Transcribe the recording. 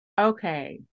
Okay